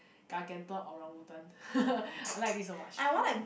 gargantuan orangutan I like this so much